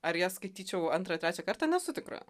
ar ją skaityčiau antrą trečią kartą nesu tikra